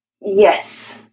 Yes